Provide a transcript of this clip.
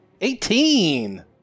Eighteen